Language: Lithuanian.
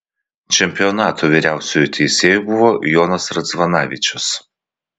čempionato vyriausiuoju teisėju buvo jonas ridzvanavičius